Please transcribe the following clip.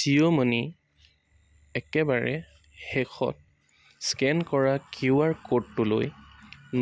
Jio money একেবাৰে শেষত scan কৰা কিউ আৰ ক'ডটোলৈ